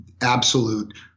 absolute